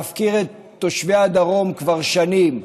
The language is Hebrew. מפקיר את תושבי הדרום כבר שנים.